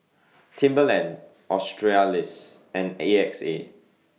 Timberland Australis and A X A